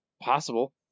Possible